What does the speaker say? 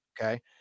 Okay